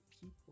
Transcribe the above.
people